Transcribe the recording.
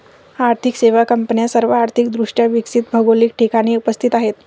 आर्थिक सेवा कंपन्या सर्व आर्थिक दृष्ट्या विकसित भौगोलिक ठिकाणी उपस्थित आहेत